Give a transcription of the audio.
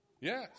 Yes